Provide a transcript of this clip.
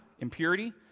impurity